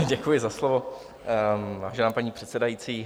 Děkuji za slovo, vážená paní předsedající.